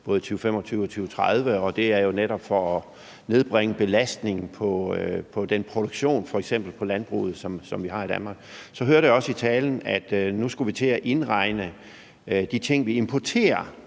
både for 2025 og 2030, og det er jo netop for at nedbringe belastningen fra f.eks. den produktion i landbruget, som vi har i Danmark. Så hørte jeg også i talen, at nu skulle vi også til at indregne de ting, vi importerer,